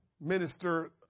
minister